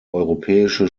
europäische